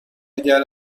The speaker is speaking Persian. اگر